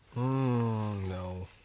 no